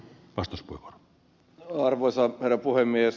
arvoisa herra puhemies